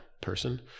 person